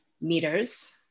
meters